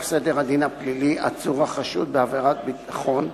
סדר הדין הפלילי (עצור החשוד בעבירת ביטחון)